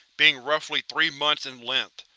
being roughly three months in length.